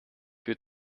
für